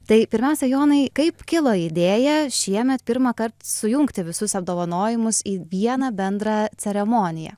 tai pirmiausia jonai kaip kilo idėja šiemet pirmąkart sujungti visus apdovanojimus į vieną bendrą ceremoniją